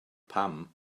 pam